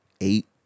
eight